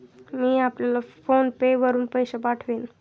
मी आपल्याला PhonePe वरुन पैसे पाठवीन